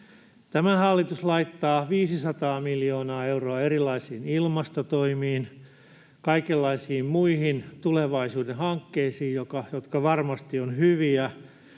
Tämä hallitus laittaa 500 miljoonaa euroa erilaisiin ilmastotoimiin, kaikenlaisiin muihin tulevaisuuden hankkeisiin, jotka varmasti ovat hyviä,